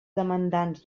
demandants